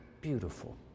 beautiful